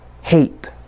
hate